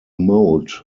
mode